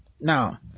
Now